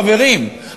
חברים,